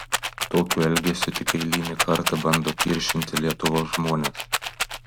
tokiu elgesiu tik eilinį kartą bando kiršinti lietuvos žmones